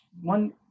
one